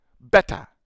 better